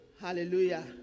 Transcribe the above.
Hallelujah